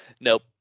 Nope